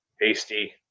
hasty